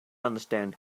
understand